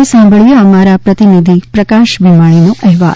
આ વિશે સાંભળીએ અમારા પ્રતિનિધિ પ્રકાશ ભીમાણીનો અહેવાલ